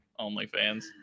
OnlyFans